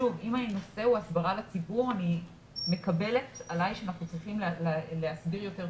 שוב, אם מקבלת עלי שאנחנו צריכים להסביר יותר טוב.